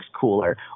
cooler